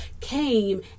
came